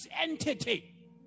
entity